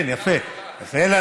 כן, יפה.